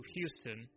Houston